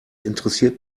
interessiert